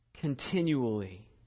continually